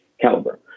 caliber